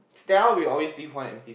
Stella will always leave one empty